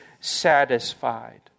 satisfied